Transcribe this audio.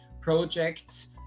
projects